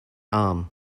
arm